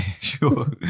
Sure